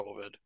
COVID